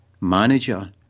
manager